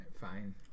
Fine